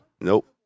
Nope